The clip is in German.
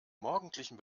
morgendlichen